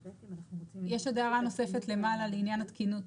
יש עוד הערה נוספת למעלה לעניין התקינות.